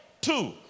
two